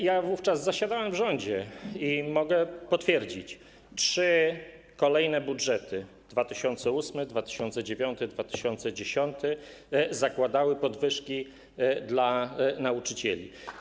Ja wówczas zasiadałem w rządzie i mogę potwierdzić: trzy kolejne budżety na lata 2008, 2009 i 2010 zakładały podwyżki dla nauczycieli.